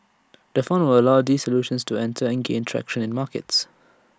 the fund will allow these solutions to enter and gain traction in markets